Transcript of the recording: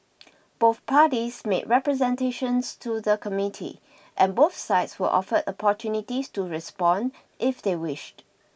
both parties made representations to the Committee and both sides were offered opportunities to respond if they wished